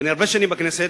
אני הרבה שנים בכנסת,